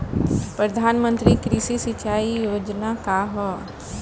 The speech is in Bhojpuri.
प्रधानमंत्री कृषि सिंचाई योजना का ह?